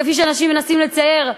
כפי שאנשים מנסים לצייר,